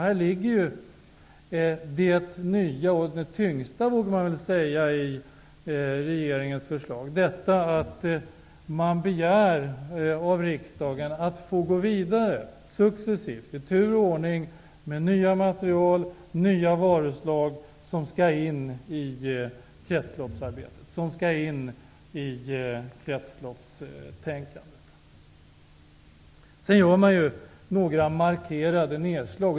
Här ligger det nya -- och det tyngsta, borde man väl säga -- i regeringens förslag, nämligen att man begär av riksdagen att successivt få gå vidare i tur och ordning med nya material och nya varuslag som skall in i kretsloppstänkandet. Sedan gör man några markerade nedslag.